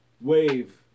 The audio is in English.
wave